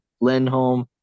Lindholm